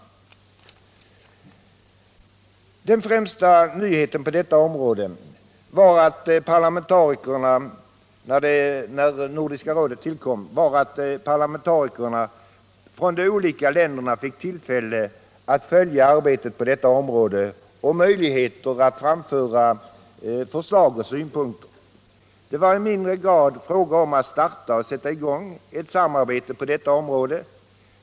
Den främsta nyheten på detta område när Nordiska rådet tillkom var att parlamentarikerna från de olika länderna fick tillfälle att följa arbetet och möjligheter att framföra förslag och synpunkter. Det var i mindre grad fråga om att starta ett samarbete på området.